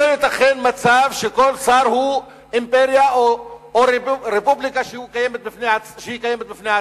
לא ייתכן מצב שכל שר הוא אימפריה או רפובליקה שקיימת בפני עצמה.